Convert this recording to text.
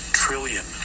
trillion